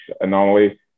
anomaly